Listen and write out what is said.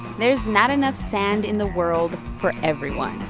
there's not enough sand in the world for everyone.